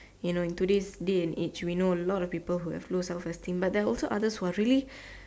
you know in today's day and age we know a lot of people who have low self esteem but there are also others who are really